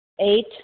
Eight